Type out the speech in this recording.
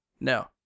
No